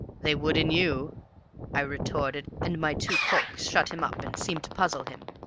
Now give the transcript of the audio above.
they would in you i retorted, and my tu quoque shut him up and seemed to puzzle him.